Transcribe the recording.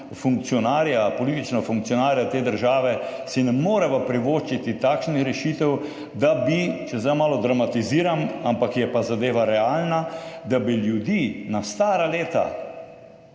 funkcionarja, politična funkcionarja te države si ne moreva privoščiti takšnih rešitev, da bi, če zdaj malo dramatiziram, ampak je pa zadeva realna, da bi ljudi na stara leta